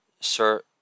Sir